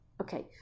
Okay